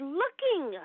looking